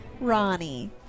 Ronnie